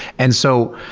and so,